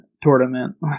tournament